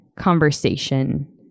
conversation